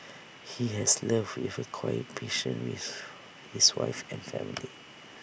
he has loved with A quiet passion riff his wife and family